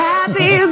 Happy